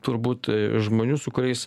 turbūt žmonių su kuriais